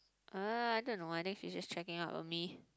uh I don't know I think she just checking out of me